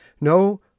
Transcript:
No